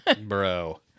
Bro